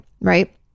Right